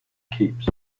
keeps